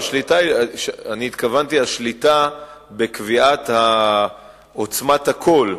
התכוונתי, השליטה בקביעת עוצמת הקול,